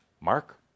Mark